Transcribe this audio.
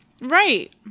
Right